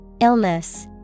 Illness